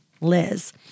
Liz